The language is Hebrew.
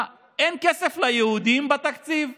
מה, אין כסף ליהודים בתקציב?